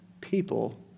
people